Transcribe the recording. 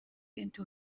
into